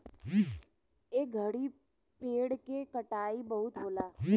ए घड़ी पेड़ के कटाई बहुते होता